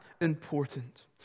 important